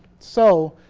so.